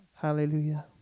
Hallelujah